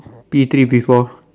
P three P four